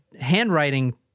handwriting